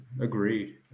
agreed